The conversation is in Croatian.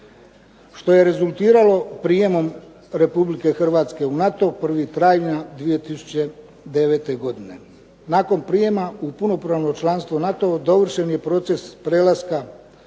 što je rezultiralo prijemom Republike Hrvatske u NATO 1. travnja 2009. godine. Nakon prijema u punopravno članstvo NATO-a dovršen je proces prelaska s